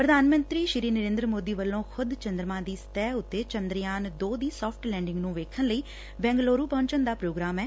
ਪ੍ਰਧਾਨ ਮੰਤਰੀ ਨਰੇਦਰ ਸੋਦੀ ਵੱਲੋ ਖੁਦ ਚੰਦਰਮਾ ਦੀ ਸਤਹਿ ਉਤੇ ਚੰਦਰਯਾਨ ਦੋ ਦੀ ਸੋਫਟ ਲੈਡਿੰਗ ਨੂੰ ਵੇਖਣ ਲਈ ਬੇਗਲੰਰੁ ਪਹੁੰਚਣ ਦਾ ਪ੍ਰੋਗਰਾਮ ਐ